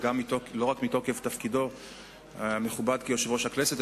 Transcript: לא רק מתוקף תפקידו המכובד כיושב-ראש הכנסת,